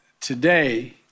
today